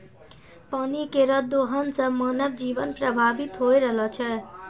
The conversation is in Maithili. पानी केरो दोहन सें मानव जीवन प्रभावित होय रहलो छै